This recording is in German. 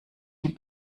die